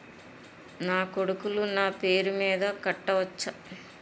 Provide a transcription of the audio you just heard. నా కొడుకులు నా పేరి మీద కట్ట వచ్చా?